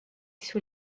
sous